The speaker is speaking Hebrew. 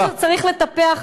פשוט צריך לטפח,